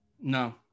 No